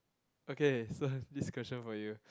okay so I have this question for you